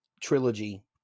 trilogy